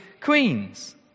queens